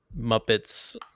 muppets